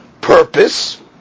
purpose